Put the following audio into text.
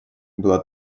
было